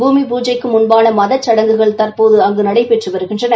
பூமி பூஜைக்கு முன்பான மதச்சுடங்குகள் தற்போது அங்கு நடைபெற்று வருகின்றன